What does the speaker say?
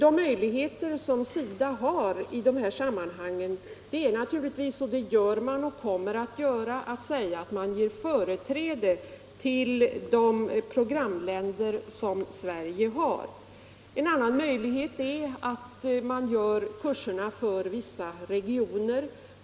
En möjlighet som SIDA har i detta sammanhang är att ge företräde åt deltagare från Sveriges programländer. Det gör man och det kommer man att göra. En annan möjlighet är att anordna kurser för deltagare från vissa regioner.